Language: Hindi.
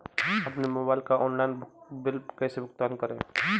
अपने मोबाइल का ऑनलाइन बिल कैसे भुगतान करूं?